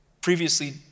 previously